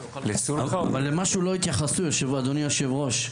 למשהו לא התייחסו, אדוני היושב-ראש,